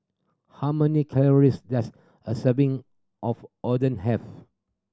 how many calories does a serving of Oden have